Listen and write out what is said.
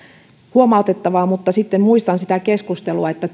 huomautettavaa mutta sitten muistan sitä keskustelua että